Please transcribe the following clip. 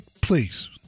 Please